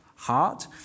heart